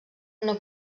una